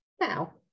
now